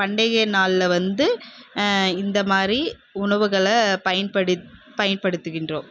பண்டிகை நாளில் வந்து இந்த மாதிரி உணவுகளை பயன்படுத் பயன்படுத்துகின்றோம்